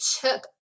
took